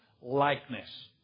likeness